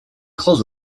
clothes